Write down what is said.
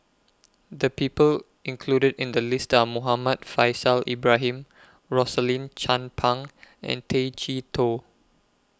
The People included in The list Are Muhammad Faishal Ibrahim Rosaline Chan Pang and Tay Chee Toh